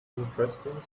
interesting